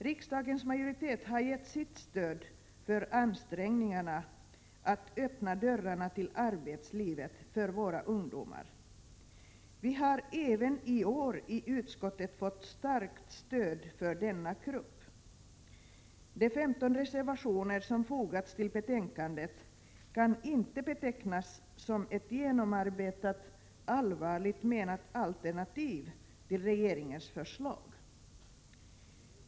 Riksdagens majoritet har gett sitt stöd för ansträngningarna att öppna dörrarna till arbetslivet för våra ungdomar. Vi har även i år i utskottet fått starkt stöd för denna grupp. De femton reservationer som fogats till betänkandet kan inte betecknas som ett genomarbetat, allvarligt menat alternativ till regeringens förslag.